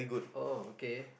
oh okay